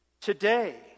today